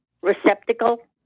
receptacle